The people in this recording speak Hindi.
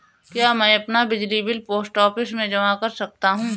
क्या मैं अपना बिजली बिल पोस्ट ऑफिस में जमा कर सकता हूँ?